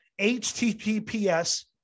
HTTPS